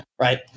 right